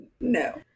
No